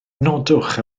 nodwch